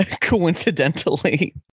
Coincidentally